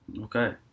Okay